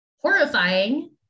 horrifying